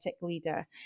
leader